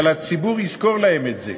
אבל הציבור יזכור להם את זה,